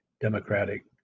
Democratic